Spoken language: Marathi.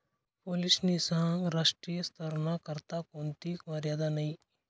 पोलीसनी सांगं राष्ट्रीय स्तरना करता कोणथी मर्यादा नयी